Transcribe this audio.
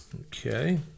Okay